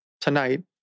tonight